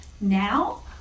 Now